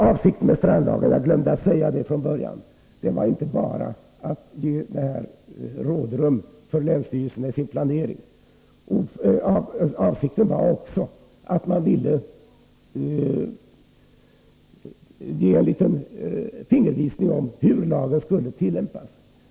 Avsikten med strandlagen var inte bara att ge länsstyrelserna rådrum i deras planering — jag glömde att säga det tidigare — utan också att ge en liten fingervisning om hur lagen skulle tillämpas.